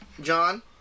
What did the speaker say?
John